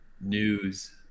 news